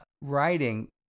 writing